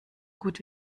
gut